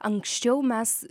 anksčiau mes